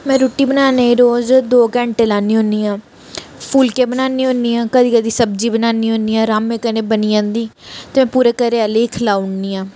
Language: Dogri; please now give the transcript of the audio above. में रुट्टी बनाने गी रोज़ दो घैंटें लान्नी होन्नी आं फुलके बनानी होन्नी आं कदें कदें सब्ज़ी बनानी होन्नी आं रामै कन्नै बनी जंदी ते पूरे घरै आह्ले गी खलाऊ ओड़नी आं